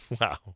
Wow